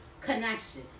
connection